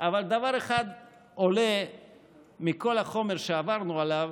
אבל דבר אחד עולה מכל החומר שעברנו עליו,